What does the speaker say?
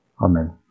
Amen